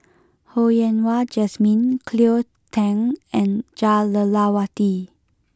Ho Yen Wah Jesmine Cleo Thang and Jah Lelawati